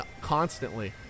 constantly